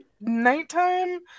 nighttime